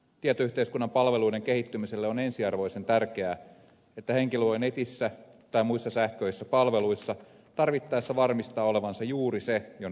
tietoyhteiskunnan palveluiden kehittymiselle on ensiarvoisen tärkeää että henkilö voi netissä tai muissa sähköisissä palveluissa tarvittaessa varmistaa olevansa juuri se jona esiintyy